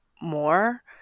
more